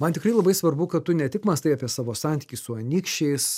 man tikrai labai svarbu kad tu ne tik mąstai apie savo santykį su anykščiais